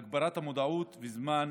הגברת המודעות וזמן